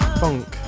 funk